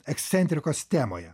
ekscentrikos temoje